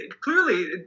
clearly